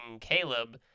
Caleb